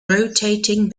rotating